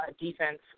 defense